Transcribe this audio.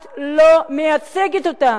את לא מייצגת אותם,